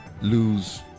lose